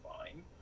fine